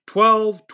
Twelve